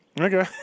Okay